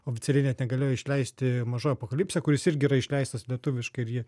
oficialiai net negalėjo išleisti mažoji apokalipsė kuris irgi yra išleistas lietuviškai ir jį